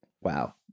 Wow